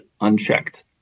unchecked